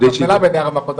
הייתי רב מחוז.